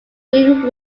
green